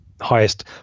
highest